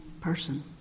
person